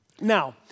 Now